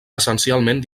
essencialment